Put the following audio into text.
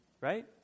right